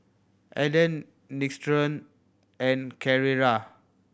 Aden Nixoderm and Carrera